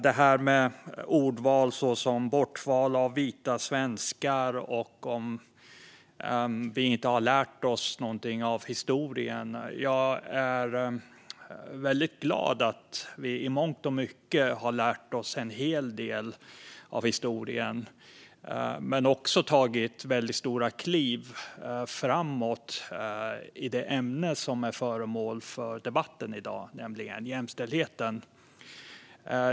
Vi hörde ordval som "bortvalet av vita svenskar" och att vi inte har lärt oss någonting av historien. Jag är väldigt glad att vi i mångt och mycket har lärt oss en hel del av historien men också tagit väldigt stora kliv framåt i det ämne som är föremål för debatten i dag, nämligen jämställdheten.